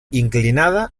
inclinada